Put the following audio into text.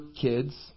kids